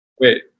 Wait